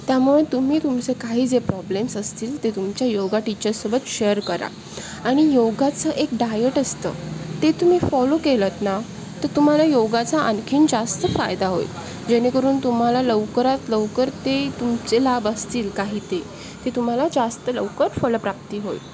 त्यामुळे तुम्ही तुमचे काही जे प्रॉब्लेम्स असतील ते तुमच्या योग टिचरसोबत शेअर करा आणि योगाचं एक डायट असतं ते तुम्ही फॉलो केलंत ना तर तुम्हाला योगाचा आणखी जास्त फायदा होईल जेणेकरून तुम्हाला लवकरात लवकर ते तुमचे लाभ असतील काही ते ते तुम्हाला जास्त लवकर फलप्राप्ती होईल